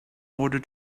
order